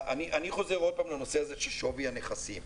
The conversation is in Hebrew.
אני חוזר לנושא של שווי הנכסים.